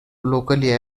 locally